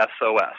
SOS